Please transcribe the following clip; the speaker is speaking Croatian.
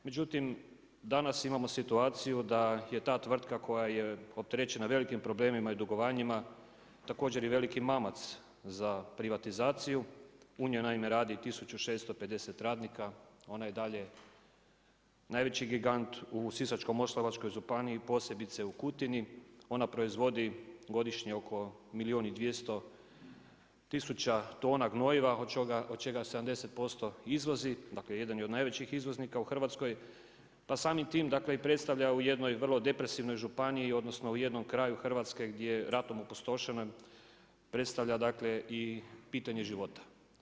Međutim, danas imamo situaciju da je ta tvrtka koja je opterećena velikim problemima i dugovanjima, također i veliki mamac za privatizaciju, u njoj naime radi 1650 radnika, ona je i dalje najveći gigant u Sisačko-moslavačkoj županiji, posebice u Kutini, ona proizvodi godišnje oko milijun i 200 tisuća tona gnojiva, od čega 70% izvozi, dakle jedan je od najvećih izvoznika u Hrvatskoj, pa samim tim dakle i predstavlja u jednoj vrlo depresivnoj županiji odnosno u jednom kraju Hrvatske gdje je ratom opustošena, predstavlja dakle i pitanje života.